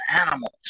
animals